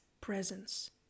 presence